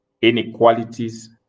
Inequalities